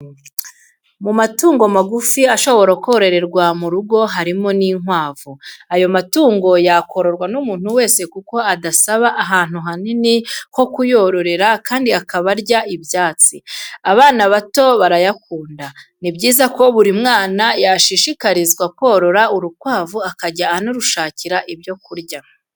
Mu matungo magufi ashobora kororerwa mu rugo harimo n'inkwavu, aya matungo yakororwa n'umuntu wese kuko adasaba ahantu hanini ho kuyororera kandi akaba arya ibyatsi, abana bato barayakunda, ni byiza ko buri mwana yashishikarizwa korora urukwavu akajya anarushakira ibyo kurya.